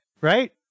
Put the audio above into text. right